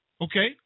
Okay